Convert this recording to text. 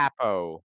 capo